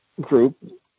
group